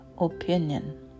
opinion